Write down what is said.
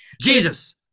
Jesus